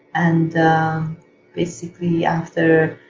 and basically after,